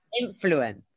influence